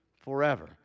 forever